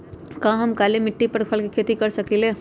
का हम काली मिट्टी पर फल के खेती कर सकिले?